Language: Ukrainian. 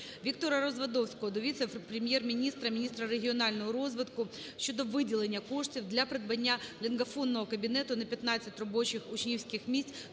ВіктораРазвадовського до Віце-прем’єр-міністра - міністра регіонального розвитку щодо виділення коштів для придбання лінгафонного кабінету на 15 робочих учнівських місць